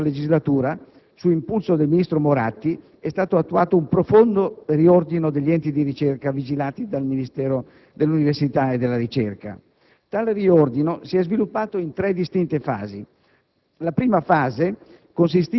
Come sappiamo, nella scorsa legislatura su impulso del ministro Moratti è stato attuato un profondo riordino degli enti di ricerca vigilati dal Ministero dell'università e della ricerca. Tale riordino si è sviluppato in tre distinte fasi.